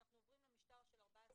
אנחנו עוברים למשטר של 14.8,